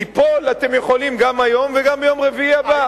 ליפול אתם יכולים גם היום וגם ביום רביעי הבא.